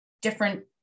different